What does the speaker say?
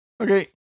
Okay